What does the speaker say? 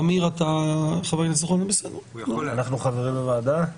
אנחנו חברים בוועדה?